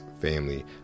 family